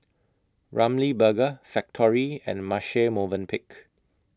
Ramly Burger Factorie and Marche Movenpick